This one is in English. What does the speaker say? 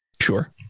Sure